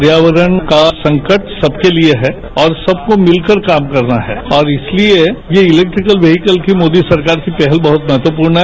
पर्यावरण का संकट सबके लिए है और सबको मिलकर काम करना है और इसलिए ये इलैक्ट्रीकल व्हीकल की मोदी सरकार की पहल बहुत महत्वपूर्ण है